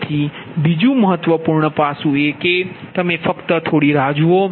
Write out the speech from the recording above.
તેથી બીજુ મહત્વપૂર્ણ પાસું એ છે કે તમે ફક્ત થોડી રાહ જૂઓ